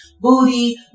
booty